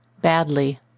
badly